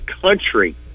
country